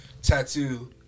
Tattoo